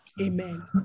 Amen